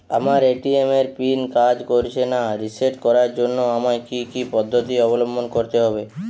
আমার এ.টি.এম এর পিন কাজ করছে না রিসেট করার জন্য আমায় কী কী পদ্ধতি অবলম্বন করতে হবে?